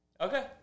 Okay